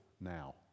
now